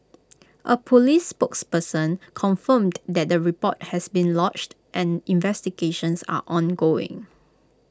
A Police spokesperson confirmed that the report has been lodged and investigations are ongoing